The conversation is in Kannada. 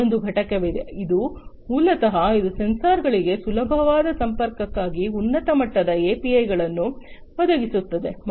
ಮತ್ತೊಂದು ಘಟಕವಿದೆ ಇದು ಮೂಲತಃ ಇದು ಸೆನ್ಸರ್ಗಳಿಗೆ ಸುಲಭವಾದ ಸಂಪರ್ಕಕ್ಕಾಗಿ ಉನ್ನತ ಮಟ್ಟದ API ಗಳನ್ನು ಒದಗಿಸುತ್ತದೆ